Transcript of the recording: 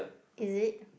is it